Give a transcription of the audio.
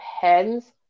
depends